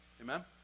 Amen